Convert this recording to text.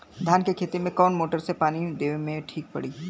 धान के खेती मे कवन मोटर से पानी देवे मे ठीक पड़ी?